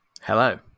Hello